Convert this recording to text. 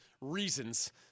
reasons